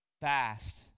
Fast